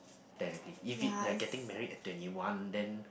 technically if it like getting married at twenty one then